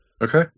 Okay